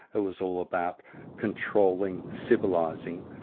it was all about controlling, civilising,